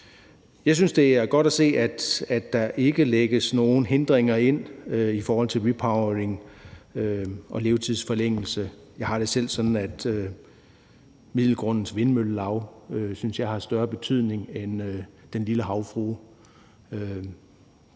Jeg synes, det er godt at se, at der ikke lægges nogen hindringer ind i forhold til repowering og levetidsforlængelse. Jeg har det selv sådan, at jeg synes, at Middelgrundens Vindmøllelaug har større betydning end Den Lille Havfrue,